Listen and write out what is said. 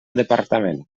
departament